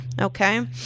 Okay